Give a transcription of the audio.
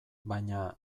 baina